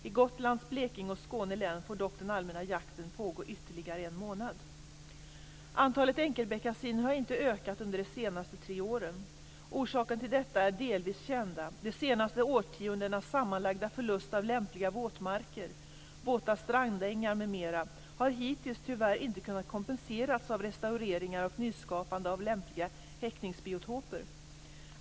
I Gotlands, Blekinge och Skåne län får dock den allmänna jakten pågå ytterligare en månad. Antalet enkelbeckasiner har inte ökat under de senaste tre åren. Orsakerna till detta är delvis kända. De senaste årtiondenas sammanlagda förlust av lämpliga våtmarker, våta strandängar m.m. har hittills tyvärr inte kunnat kompenseras av restaureringar och nyskapande av lämpliga häckningsbiotoper.